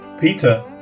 Peter